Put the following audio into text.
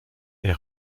est